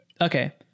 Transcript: Okay